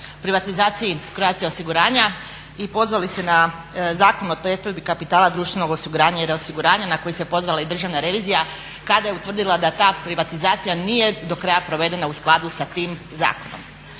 privatizaciji Croatia osiguranja i pozvali se na Zakon o pretvorbi kapitala društvenog osiguranja i reosiguranja na koji se pozvala i Državna revizija kada je utvrdila da ta privatizacija nije do kraja provedena u skladu sa tim zakonom.